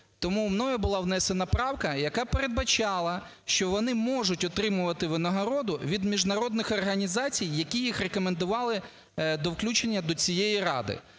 Тому мною була внесена правка, яка передбачала, що вони можуть отримувати винагороду від міжнародних організацій, які їх рекомендували до включення до цієї ради.